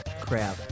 crab